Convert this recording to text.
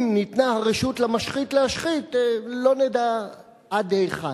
אם ניתנה הרשות למשחית להשחית, לא נדע עד היכן.